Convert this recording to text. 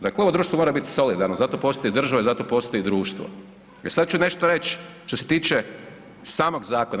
Dakle, ovo društvo mora biti solidarno, zato postoji država i zato postoji društvo jer sad ću nešto reći što se tiče samog zakona.